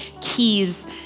keys